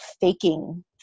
faking